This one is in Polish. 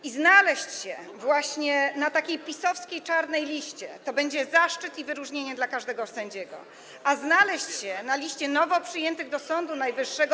I znaleźć się właśnie na takiej PiS-owskiej czarnej liście to będzie zaszczyt i wyróżnienie dla każdego sędziego, a znaleźć się na liście nowo przyjętych do Sądu Najwyższego.